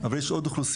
אבל יש עוד אוכלוסיות.